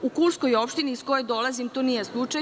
U kulskoj opštini, iz koje dolazim, to nije slučaj.